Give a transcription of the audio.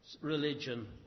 religion